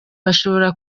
bashobora